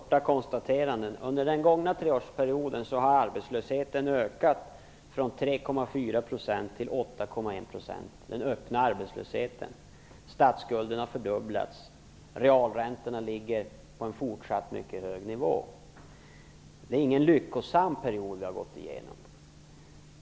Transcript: Herr talman! Jag vill bara göra ett par konstateranden. Under den gångna treårsperioden har den öppna arbetslösheten ökat från 3,4 % till 8,1 %. Statsskulden har fördubblats, realräntorna ligger på en fortsatt mycket hög nivå. Det är ingen lyckosam period som vi har gått igenom.